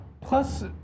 Plus